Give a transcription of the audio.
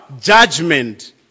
judgment